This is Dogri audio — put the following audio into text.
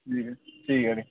अं ठीक ऐ